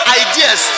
ideas